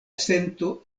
sento